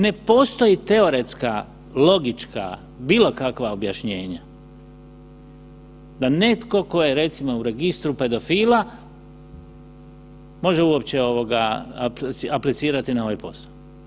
Ne postoji teoretska logička, bilo kakva objašnjenja da netko tko je recimo u registru pedofila može uopće aplicirati na ovaj posao.